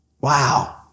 Wow